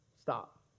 stop